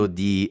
di